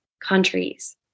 countries